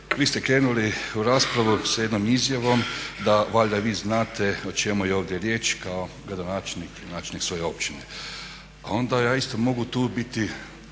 vi ste krenuli u raspravu sa jednom izjavom da valjda vi znate o čemu je ovdje riječ kao gradonačelnik i načelnik svoje općine. A onda ja isto mogu tu biti